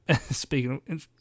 Speaking